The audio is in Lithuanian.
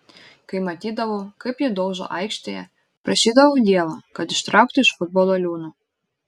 kai matydavau kaip jį daužo aikštėje prašydavau dievo kad ištrauktų iš futbolo liūno